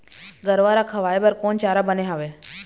गरवा रा खवाए बर कोन चारा बने हावे?